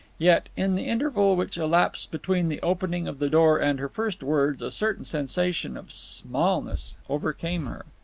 yet, in the interval which elapsed between the opening of the door and her first words, a certain sensation of smallness overcame her.